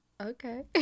Okay